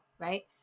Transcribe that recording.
right